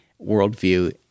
worldview